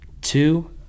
two